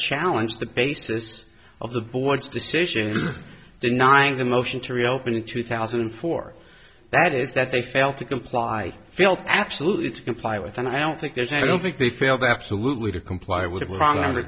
challenge the basis of the board's decision in denying the motion to reopen in two thousand and four that is that they fail to comply felt absolutely comply with and i don't think there's i don't think they failed absolutely to comply with